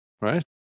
Right